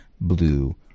blue